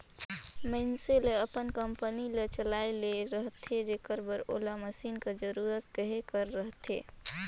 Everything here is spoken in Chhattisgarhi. मइनसे ल अपन कंपनी ल चलाए ले रहथे जेकर बर ओला मसीन कर जरूरत कहे कर रहथे